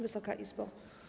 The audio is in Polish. Wysoka Izbo!